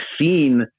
seen